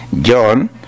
John